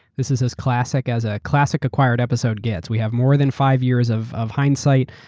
this is as classic as a classic acquired episode gets. we have more than five years of of hindsight,